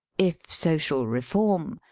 if social reform,